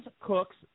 Cooks